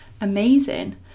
amazing